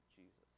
Jesus